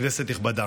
כנסת נכבדה,